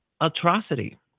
atrocity